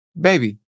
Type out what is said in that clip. Baby